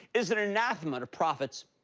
is it enough amount of profits.